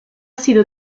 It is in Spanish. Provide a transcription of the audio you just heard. sido